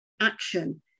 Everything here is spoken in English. action